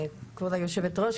כבוד היושבת-ראש,